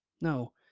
No